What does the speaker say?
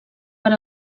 per